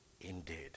indeed